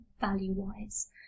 value-wise